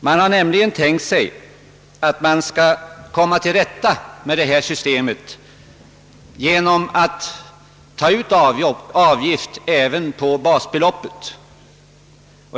Den har nämligen tänkt sig att man skall komma till rätta med detta system genom att ta ut avgift även på basbeloppet.